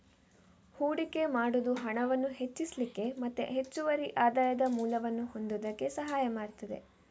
ಹೂಡಿಕೆ ಮಾಡುದು ಹಣವನ್ನ ಹೆಚ್ಚಿಸ್ಲಿಕ್ಕೆ ಮತ್ತೆ ಹೆಚ್ಚುವರಿ ಆದಾಯದ ಮೂಲವನ್ನ ಹೊಂದುದಕ್ಕೆ ಸಹಾಯ ಮಾಡ್ತದೆ